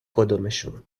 کدومشون